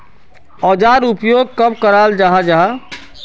औजार उपयोग कब कराल जाहा जाहा?